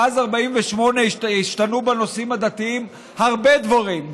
מאז 48' השתנו בנושאים הדתיים הרבה דברים,